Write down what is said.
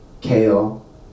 kale